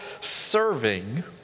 serving